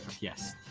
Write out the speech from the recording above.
Yes